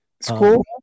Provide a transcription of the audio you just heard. School